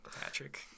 Patrick